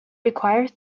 requires